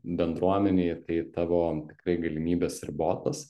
bendruomenėj tai tavo tikrai galimybės ribotos